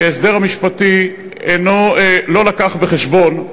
כי ההסדר משפטי לא הביא בחשבון: